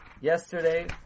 Yesterday